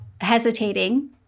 hesitating